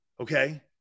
Okay